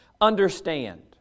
understand